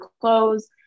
clothes